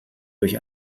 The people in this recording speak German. durch